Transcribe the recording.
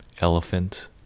elephant